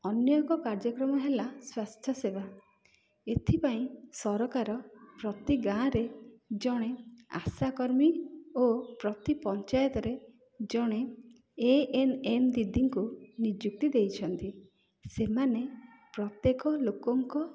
ଅନ୍ୟ ଏକ କାର୍ଯ୍ୟକ୍ରମ ହେଲା ସ୍ୱାସ୍ଥ୍ୟ ସେବା ଏଥିପାଇଁ ସରକାର ପ୍ରତି ଗାଁରେ ଜଣେ ଆଶାକର୍ମୀ ଓ ପ୍ରତି ପଞ୍ଚାୟତରେ ଜଣେ ଏଏନ୍ଏମ୍ ଦିଦିଙ୍କୁ ନିଯୁକ୍ତି ଦେଇଛନ୍ତି ସେମାନେ ପ୍ରତ୍ୟେକ ଲୋକଙ୍କ